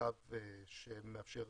קו שמאפשר